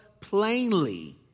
plainly